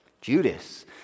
Judas